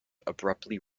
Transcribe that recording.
abruptly